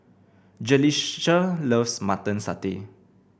Jalissa loves Mutton Satay